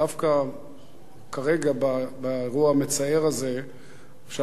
דווקא כרגע באירוע המצער הזה אפשר